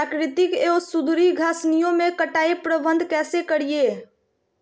प्राकृतिक एवं सुधरी घासनियों में कटाई प्रबन्ध कैसे करीये?